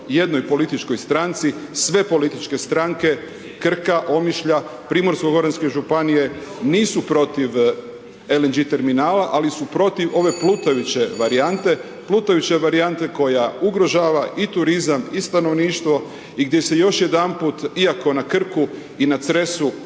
jednoj političkoj stranci, sve političke stranke Krka, Omišlja, Primorsko goranske županije nisu protiv LNG terminala, ali su protiv ove plutajuće varijante. Plutajuća varijanta koja ugrožava i turizam i stanovništvo i gdje se još jedanput, iako na Krku i na Cresu